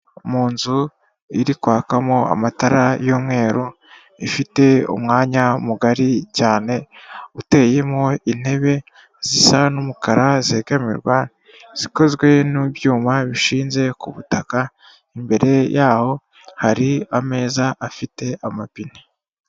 Mu nzu iri kwakamo amatara y'umweru ifite umwanya mugari cyane uteyemo intebe zisa n'umukara, zegamirwa zikozwe n'ibyuma bishinze ku butaka, imbere yaho hari ameza afite amapine.